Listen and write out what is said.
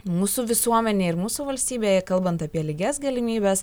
mūsų visuomenėje ir mūsų valstybėje kalbant apie lygias galimybes